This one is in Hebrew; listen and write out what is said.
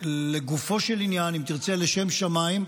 לגופו של עניין, אם תרצה, לשם שמיים,